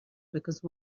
because